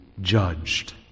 judged